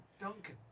Duncan